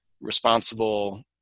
responsible